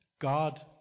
God